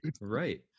Right